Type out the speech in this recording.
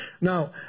Now